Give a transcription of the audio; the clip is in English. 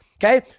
Okay